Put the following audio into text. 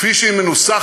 כפי שהיא מנוסחת,